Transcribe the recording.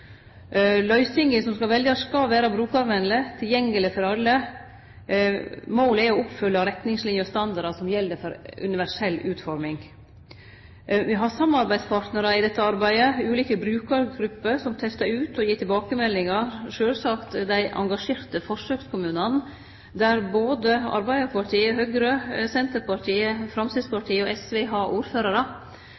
som skal veljast, skal vera brukarvenlege og tilgjengelege for alle. Målet er å oppfylle retningslinjer og standardar som gjeld for universell utforming. Me har samarbeidspartnarar i dette arbeidet, ulike brukargrupper som testar ut og gir tilbakemeldingar. Sjølvsagt er dei engasjerte forsøkskommuner, der både Arbeidarpartiet, Høgre, Senterpartiet,